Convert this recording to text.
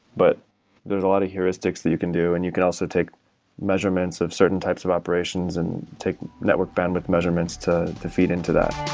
but there's a lot of heuristics that you can do and you can also take measurements of certain types of operations and take network bandwidth measurements to to feed into that.